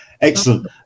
Excellent